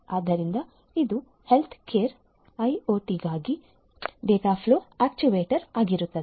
ಆದ್ದರಿಂದ ಇದು ಹೆಲ್ತ್ಕೇರ್ ಐಒಟಿಗಾಗಿ ಡಾಟಾಫ್ಲೋ ಆರ್ಕಿಟೆಕ್ಚರ್ ಆಗಿರುತ್ತದೆ